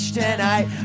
tonight